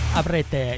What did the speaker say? avrete